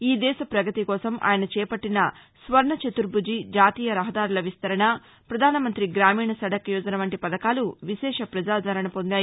ఈదేశ ప్రగతి కోసం ఆయన చేపట్టిన స్వర్ణ చతుర్బుజి జాతీయ రహదారుల విస్తరణ ప్రధాన మంత్రి గ్రామీణ సదక్ యోజన వంటి పథకాలు విశేష ప్రజాదరణ పొందాయి